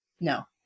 no